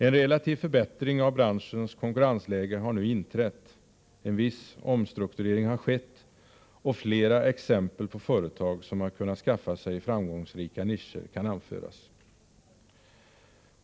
En relativ förbättring av branschens konkurrensläge har nu inträtt, en viss omstrukturering har skett och flera exempel på företag som har kunnat skaffa sig framgångsrika nischer kan anföras.